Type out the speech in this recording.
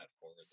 forward